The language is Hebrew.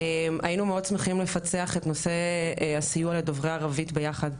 היינו מאוד שמחים לפצח את נושא הסיוע לדוברי ערבית ביחד.